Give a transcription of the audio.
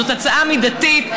זו הצעה מידתית,